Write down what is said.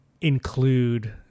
include